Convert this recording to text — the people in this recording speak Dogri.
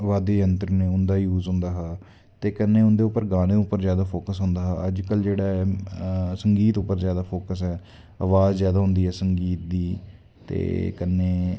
वाद्ययंत्र न उंदा यूज होंदा हा ते कन्नै उंदे उप्पर गानें पर जादा फोक्स होंदा हा अज्ज कल जेह्ड़ा ऐ संगीत पर जादा फोक्स ऐ अवाज़ जादा होंदी ऐ संगीत दी ते कन्ने